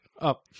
Up